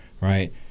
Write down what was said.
right